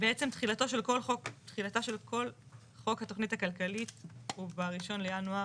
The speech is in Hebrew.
בעצם תחילתה של כל חוק התכנית הכלכלית הוא ב-1 בינואר